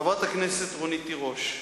חברת הכנסת רונית תירוש,